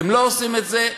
אתם לא עושים את זה,